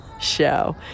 show